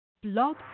Blog